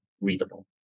readable